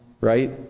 right